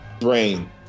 brain